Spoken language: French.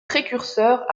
précurseurs